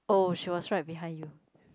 oh she was right behind you